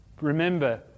Remember